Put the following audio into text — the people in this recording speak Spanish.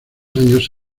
años